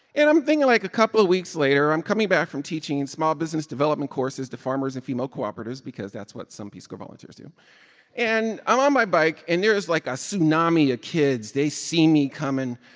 and i'm thinking, like, a couple of weeks later. i'm coming back from teaching small business development courses to farmers and female cooperatives because that's what some peace corps volunteers do and i'm on my bike. and there is, like, a tsunami of kids. they see me coming.